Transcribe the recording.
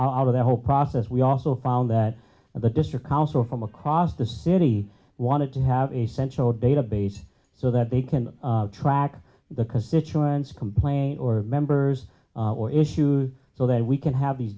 out of that whole process we also found that the district council from across the city wanted to have a central database so that they can track the constituents complain or members or issues so that we can have these